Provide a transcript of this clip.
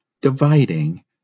dividing